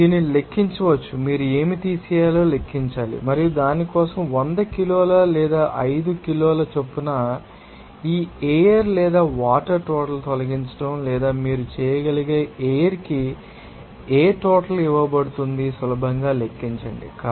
మీరు దీన్ని లెక్కించవచ్చు మీరు ఏమి తీసివేయాలో లెక్కించాలి మరియు దాని కోసం 100 కిలోలు లేదా 5 కిలోల చొప్పున ఎయిర్ లేదా వాటర్ టోటల్ తొలగించడం లేదా మీరు చేయగలిగే ఎయిర్ కి ఏ టోటల్ ఇవ్వబడుతుంది సులభంగా లెక్కించండి